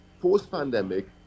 post-pandemic